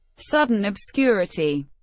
sudden obscurity